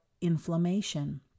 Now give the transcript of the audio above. inflammation